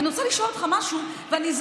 אני רוצה לשאול אותך משהו,